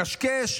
לקשקש.